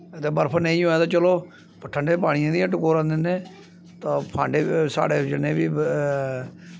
ते बर्फ नेईं होऐ ते चलो ठंडे पानियै दियां टकोरां दिंदे तां फांडे साढ़ै जिन्ने बी